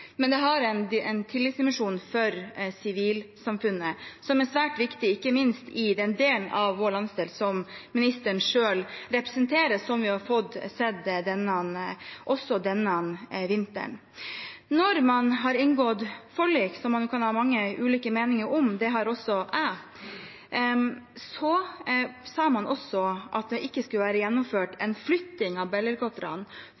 har en tilleggsdimensjon for sivilsamfunnet som er svært viktig, ikke minst i den delen av vår landsdel som ministeren selv representerer, slik vi har fått se også denne vinteren. Da man inngikk forlik – som man kan ha mange ulike meninger om, det har også jeg – sa man også at det ikke skulle være gjennomført